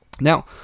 Now